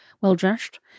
well-dressed